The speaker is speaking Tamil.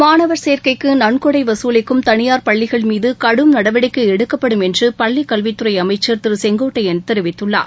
மாணவர் சேர்க்கைக்கு நன்கொடை வசூலிக்கும் தனியார் பள்ளிகள் மீது கடும் நடவடிக்கை எடுக்கப்படும் என்று பள்ளிக்கல்வித் துறை அமைச்சர் திரு செங்கோட்டையன் தெரிவித்துள்ளார்